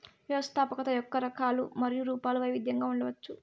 వ్యవస్థాపకత యొక్క రకాలు మరియు రూపాలు వైవిధ్యంగా ఉండవచ్చు